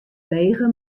lege